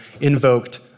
invoked